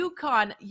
UConn